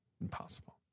Impossible